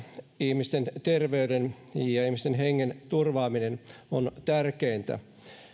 ihmisten terveyden ja ihmisten hengen turvaaminen on tärkeintä